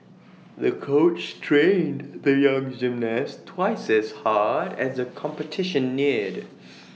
the coach trained the young gymnast twice as hard as the competition neared